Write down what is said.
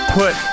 put